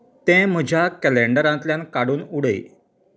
तें म्हज्या कॅलेंडरांतल्यान काडून उडय